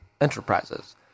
enterprises